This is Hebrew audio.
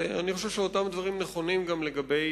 אני חושב שאותם דברים נכונים גם לגבי